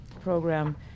program